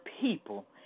people